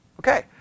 Okay